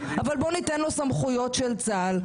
אבל בוא ניתן לו סמכויות של צה"ל.